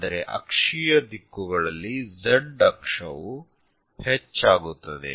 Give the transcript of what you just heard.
ಆದರೆ ಅಕ್ಷೀಯ ದಿಕ್ಕುಗಳಲ್ಲಿ Z ಅಕ್ಷವು ಹೆಚ್ಚಾಗುತ್ತದೆ